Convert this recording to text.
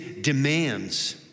demands